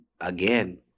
again